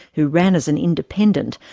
who ran as an independent,